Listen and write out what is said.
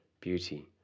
Beauty